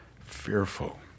fearful